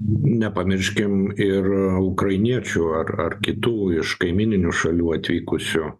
nepamirškim ir ukrainiečių ar ar kitų iš kaimyninių šalių atvykusių